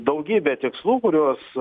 daugybė tikslų kuriuos